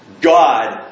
God